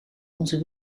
onze